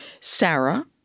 Sarah